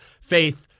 faith